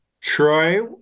Troy